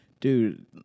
Dude